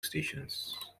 stations